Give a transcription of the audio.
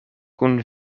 kun